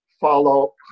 follow